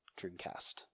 Dreamcast